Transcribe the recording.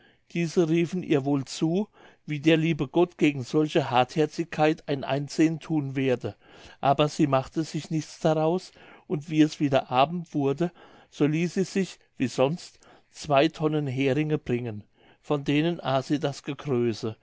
diese riefen ihr wohl zu wie der liebe gott gegen solche hartherzigkeit ein einsehen thun werde aber sie machte sich nichts daraus und wie es wieder abend wurde so ließ sie sich wie sonst zwei tonnen heringe bringen von denen aß sie das gekröse